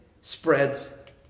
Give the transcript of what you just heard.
spreads